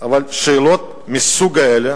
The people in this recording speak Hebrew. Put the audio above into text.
אבל שאלות מסוג אלה